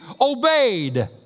obeyed